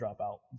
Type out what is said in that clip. dropout